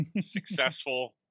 successful